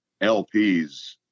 LPs